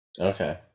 Okay